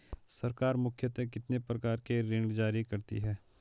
सरकार मुख्यतः कितने प्रकार के ऋण जारी करती हैं?